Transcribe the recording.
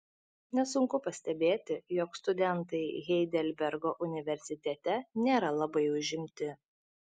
nesunku pastebėti jog studentai heidelbergo universitete nėra labai užimti